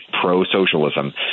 pro-socialism